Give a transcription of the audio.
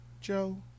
Joe